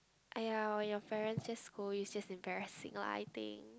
!aiya! when your parents just scold you you just embarrassing lah I think